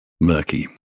murky